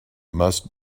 must